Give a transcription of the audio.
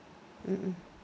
mm mm